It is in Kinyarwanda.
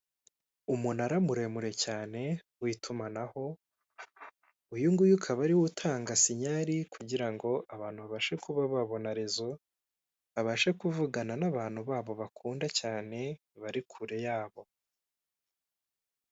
Umunara muremure cyane w'itumanaho uyunguyu ukaba ariwo utanga sinyari kugira ngo abantu babashe kuba babona rezo babashe kuvugana n'abantu babo bakunda cyane bari kure yabo.